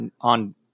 on